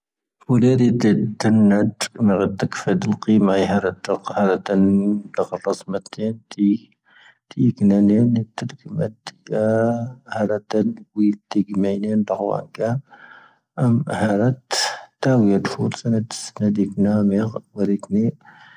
ⵡⴰⵍⴻⵀⴷⴻ ⴷⴻⵏ ⵏⴰⴷ, ⵎⴰ'ⴰ ⴷⴷⴰⴽⴼⴰⴷ, ⵍⵇⵉⵎⴰ ⵢⴰⵀⴰⵔⴰⵜ, ⵀⴰⵔⴻⵜⴰⵏ, ⴷⴳⵀⴰⵔⴰⵙⵎⴰⵜⵉⵏ ⵜⵉ ⵢⵉⴽⵏⴰⵏⵉⵏ,. ⵜⴷⴰⴽⵎⴰ ⵜⴷⵉⴽⴰ, ⵀⴰⵔⴻⵜⴰⵏ, ⵡⵉ ⵜⴷⵉⴽ ⵎⴰⵉⵏⵉⵏ, ⴷⵀⴰⵡⴰ ⵏⴳⴰ,. ⴰⵎ ⴰⵀⴰⵔⴰⵜ, ⵜⴰⵡⵉⵢⴰⵍ, ⴼⵓⵍⵣ ⵏⴰⴷ, ⵏⴰⴷ ⵢⵉⴽⵏⴰ, ⵎⴻ'ⴰ ⴳⵡⴰⵔⵉⴽⵏⴻ.